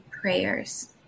prayers